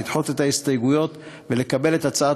לדחות את ההסתייגויות ולקבל את הצעת